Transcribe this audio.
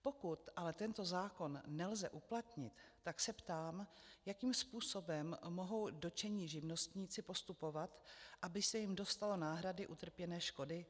Pokud ale tento zákon nelze uplatnit, tak se ptám, jakým způsobem mohou dotčení živnostníci postupovat, aby se jim dostalo náhrady utrpěné škody.